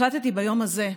החלטתי ביום הזה,